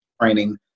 training